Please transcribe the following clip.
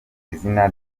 izina